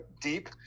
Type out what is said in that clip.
deep